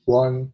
one